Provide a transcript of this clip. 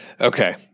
okay